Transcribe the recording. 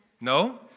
No